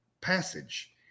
passage